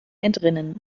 entrinnen